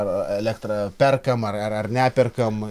ar elektrą perkam ar ar neperkam